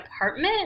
apartment